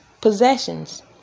possessions